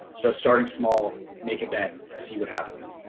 so starting small, make a bet, see what happens.